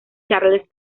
charles